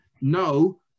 No